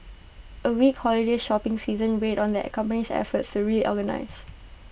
A weak holiday shopping season weighed on the company's efforts to reorganise